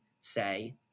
say